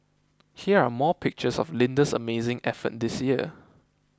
here are more pictures of Linda's amazing effort this year